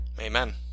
Amen